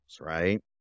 right